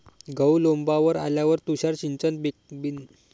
गहू लोम्बावर आल्यावर तुषार सिंचन बिनकामाचं ठराचं कारन का असन?